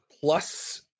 plus